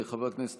חבר הכנסת